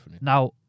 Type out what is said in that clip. Now